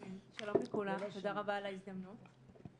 שלום לכולם, תודה רבה על ההזדמנות.